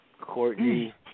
Courtney